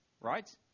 right